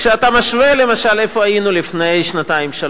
כשאתה משווה, למשל, לאיפה היינו לפני שנתיים-שלוש.